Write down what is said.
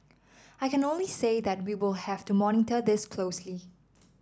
I can only say that we will have to monitor this closely